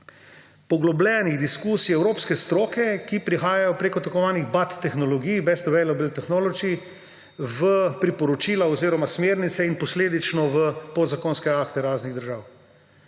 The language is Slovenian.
poglobljenih diskusij evropske stroke, ki prihajajo preko tako imenovanih BAT tehnologij – best available technology ‒ v priporočila oziroma smernice in posledično v podzakonske akte raznih držav.